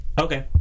Okay